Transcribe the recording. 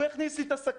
הוא הכניס לי את הסכין